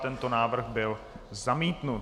Tento návrh byl zamítnut.